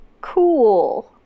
Cool